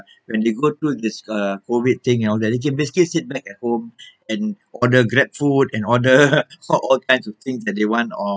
when they go through this uh COVID thing and all that they can basically sit back at at home and order grab food and order all kinds of things that they want or